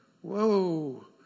whoa